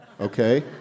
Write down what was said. Okay